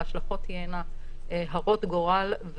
ההשלכות תהיינה הרות גורל,